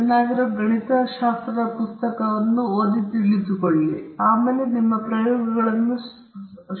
ಆದ್ದರಿಂದ ನಾವು ಮಧ್ಯದಿಂದ ಯಾದೃಚ್ಛಿಕ ವ್ಯತ್ಯಯದ ವಿಚಲನವನ್ನು ಕಂಡುಹಿಡಿಯುತ್ತೇವೆ ಆಗ ನಾವು ಅದನ್ನು ವರ್ಗಗೊಳಿಸುತ್ತಿದ್ದೇವೆ ಆಗ ನಾವು ಸಿಗ್ಮಾ ವರ್ಗವನ್ನು ಪಡೆಯುತ್ತೇವೆ